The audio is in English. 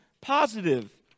positive